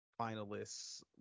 finalists